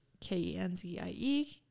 k-e-n-z-i-e